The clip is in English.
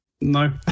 No